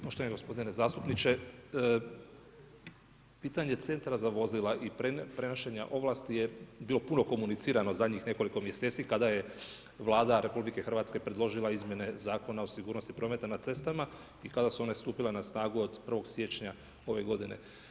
Poštovani gospodine zastupniče, putanje centra za vozila i prenošenja ovlasti je bilo puno komuniciramo zadnjih nekoliko mjeseci kada je Vlada RH predložila izmjene Zakona o sigurnost prometa na cestama i kada su one stupile na snagu od 1. siječnja ove godine.